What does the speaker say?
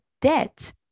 debt